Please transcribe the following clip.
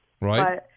Right